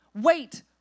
wait